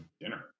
dinner